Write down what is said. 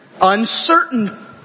Uncertain